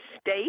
State